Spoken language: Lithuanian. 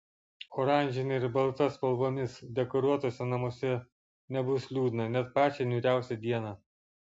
oranžine ir balta spalvomis dekoruotuose namuose nebus liūdna net pačią niūriausią dieną